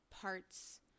parts